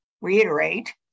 reiterate